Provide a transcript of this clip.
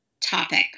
topic